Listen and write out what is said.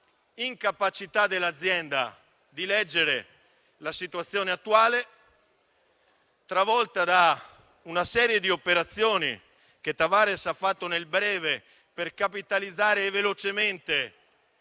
l'incapacità dell'azienda di leggere la situazione attuale, travolta da una serie di operazioni che Tavares ha fatto nel breve per capitalizzare velocemente